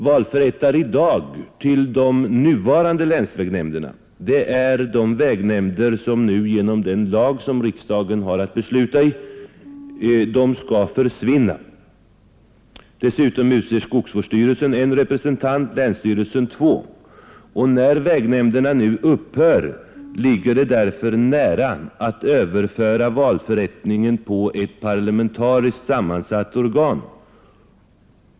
Valförrättare till de nuvarande länsvägnämnderna är de vägnämnder som nu skall försvinna genom den lag som riksdagen i dag har att fatta beslut om. Dessutom utser skogsvårdsstyrelsen en representant och länsstyrelsen två. När vägnämnderna upphör ligger det därför nära till hands att överföra valförrättningen till ett parlamentariskt sammansatt organ.